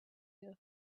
you